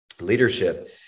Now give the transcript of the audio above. leadership